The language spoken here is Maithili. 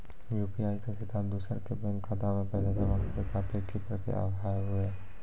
यु.पी.आई से सीधा दोसर के बैंक खाता मे पैसा जमा करे खातिर की प्रक्रिया हाव हाय?